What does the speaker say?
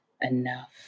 enough